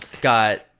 got